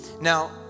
Now